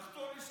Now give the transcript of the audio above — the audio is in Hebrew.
נחתור לשלום.